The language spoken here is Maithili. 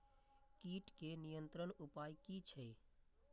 कीटके नियंत्रण उपाय कि छै?